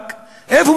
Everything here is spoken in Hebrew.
המלך דיבר שפת החיות.